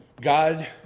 God